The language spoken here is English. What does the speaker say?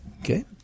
Okay